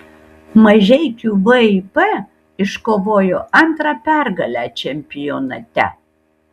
mažeikių vip iškovojo antrą pergalę čempionate